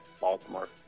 Baltimore